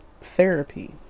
therapy